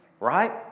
right